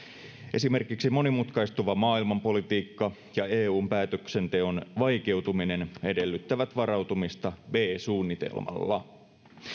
esimerkiksi monimutkaistuva maailmanpolitiikka ja eun päätöksenteon vaikeutuminen edellyttävät varautumista b suunnitelmalla